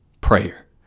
Prayer